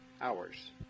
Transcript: hours